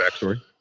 backstory